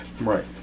Right